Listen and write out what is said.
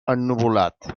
ennuvolat